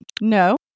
No